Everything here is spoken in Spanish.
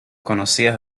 conocidas